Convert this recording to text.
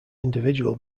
individual